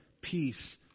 peace